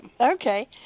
Okay